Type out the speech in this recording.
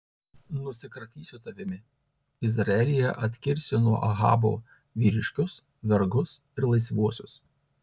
nusikratysiu tavimi izraelyje atkirsiu nuo ahabo vyriškius vergus ir laisvuosius